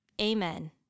Amen